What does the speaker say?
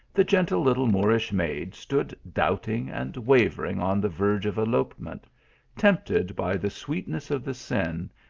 the gentle little moorish maid stood doubting and wavering on the verge of elopement tempted by the sweetness of the sin,